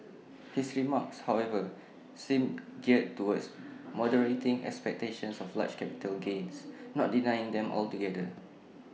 his remarks however seem geared towards moderating expectations of large capital gains not denying them altogether